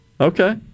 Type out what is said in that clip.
Okay